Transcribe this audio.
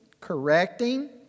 correcting